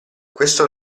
questo